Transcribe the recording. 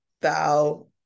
thou